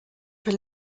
per